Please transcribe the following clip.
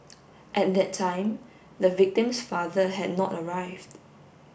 at that time the victim's father had not arrived